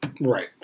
Right